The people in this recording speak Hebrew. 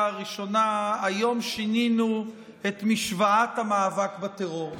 הראשונה: היום שינינו את משוואת המאבק בטרור.